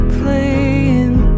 playing